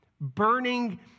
burning